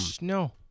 No